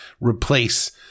replace